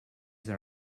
that